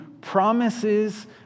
promises